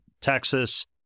Texas